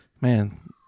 man